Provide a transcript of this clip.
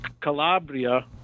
Calabria